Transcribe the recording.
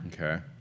Okay